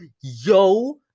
yo